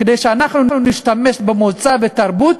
כדי שנשתמש ב"מוצא" ו"תרבות".